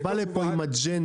הוא בא לפה עם אג'נדה.